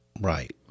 Right